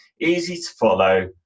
easy-to-follow